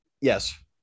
Yes